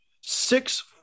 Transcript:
six